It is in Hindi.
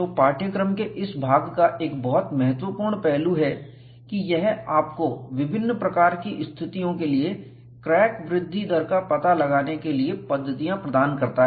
तो पाठ्यक्रम के इस भाग का एक बहुत महत्वपूर्ण पहलू है कि यह आपको विभिन्न प्रकार की स्थितियों के लिए क्रैक वृद्धि दर का पता लगाने के लिए पद्धतियां प्रदान करता है